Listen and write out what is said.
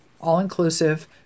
all-inclusive